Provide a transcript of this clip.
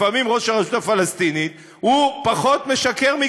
לפעמים ראש הרשות הפלסטינית משקר פחות מכם,